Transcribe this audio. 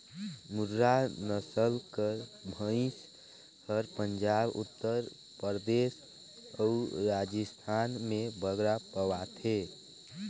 मुर्रा नसल कर भंइस हर पंजाब, उत्तर परदेस अउ राजिस्थान में बगरा पवाथे